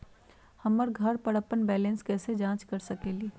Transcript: हम घर पर अपन बैलेंस कैसे जाँच कर सकेली?